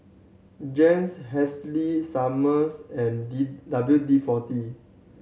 Jays Summers and D W D Four D